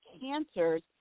cancers